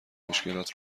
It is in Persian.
مشکلات